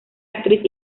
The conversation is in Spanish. actriz